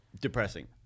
depressing